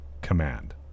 command